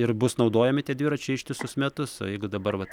ir bus naudojami tie dviračiai ištisus metus o jeigu dabar vat